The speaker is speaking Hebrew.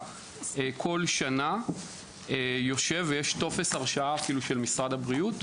יושב כל שנה עם טופס הרשאה של משרד הבריאות.